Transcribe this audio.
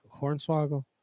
Hornswoggle